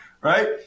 right